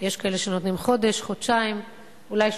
לאומי או